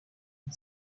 and